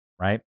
right